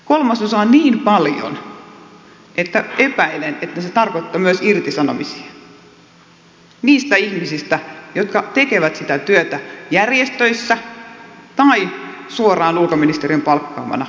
kolmasosa on niin paljon että epäilen että se tarkoittaa myös irtisanomisia niille ihmisille jotka tekevät sitä työtä järjestöissä tai suoraan ulkoministeriön palkkaamana tuolla kentällä